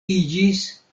iĝis